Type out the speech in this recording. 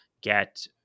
get